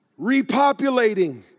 Repopulating